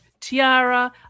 tiara